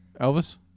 Elvis